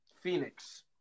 Phoenix